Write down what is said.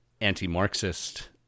anti-Marxist